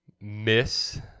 Miss